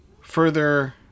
further